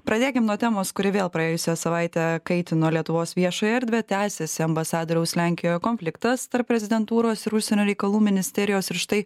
pradėkim nuo temos kuri vėl praėjusią savaitę kaitino lietuvos viešąją erdvę tęsiasi ambasadoriaus lenkijoje konfliktas tarp prezidentūros ir užsienio reikalų ministerijos ir štai